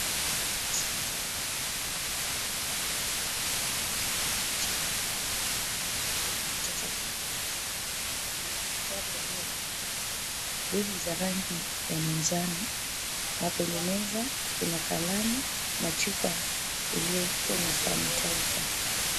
Haya ni mandhari ya hospitali. Unaonekana mama mmoja akiwa anapea mtoto chanjo. Huku mwingine amebeba mtoto akimwangalia. Kuna madaktari waliovalia bibu za rangi ya manjano na kwenye meza kuna kalamu na chupa iliyokuwa na sanitizer .